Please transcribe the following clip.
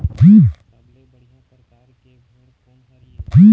सबले बढ़िया परकार के भेड़ कोन हर ये?